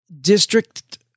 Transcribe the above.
district